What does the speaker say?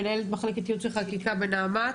מנהלת מחלקת יעוץ וחקיקה בנעמ"ת.